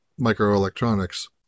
microelectronics